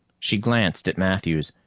she glanced at matthews,